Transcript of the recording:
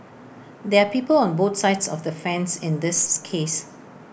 there are people on both sides of the fence in this case